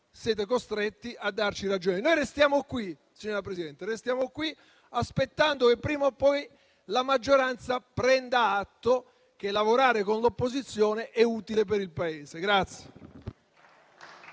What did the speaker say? siete costretti a darci ragione. Noi restiamo qui, signora Presidente, aspettando che prima o poi la maggioranza prenda atto che lavorare con l'opposizione è utile per il Paese.